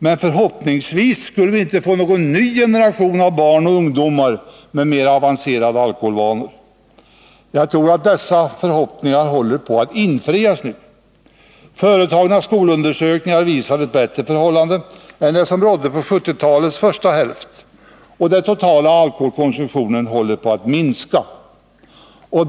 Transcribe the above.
Men förhoppningsvis skulle vi inte få någon ny generation av barn och ungdomar med mera avancerade alkoholvanor. Jag tror att dessa förhoppningar nu håller på att infrias. Företagna skolundersökningar visar ett bättre förhållande än det som rådde under 1970-talets första hälft, och den totala alkoholkonsumtionen håller på att minska.